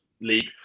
league